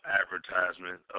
advertisement